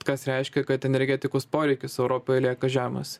kas reiškia kad energetikos poreikis europoje lieka žemas